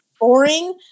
boring